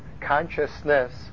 consciousness